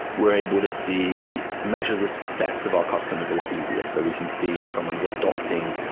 we're able to see measure the success of our customers a lot easier. so we can see if someone is adapting,